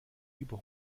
über